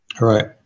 Right